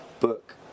book